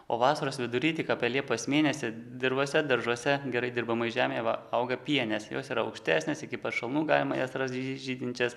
o vasaros vidury tik apie liepos mėnesį dirvose daržuose gerai dirbamoj žemėj va auga pienės jos yra aukštesnės iki pat šalnų galima jas rast žy žydinčias